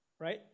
Right